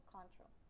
Control